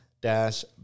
dash